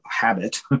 habit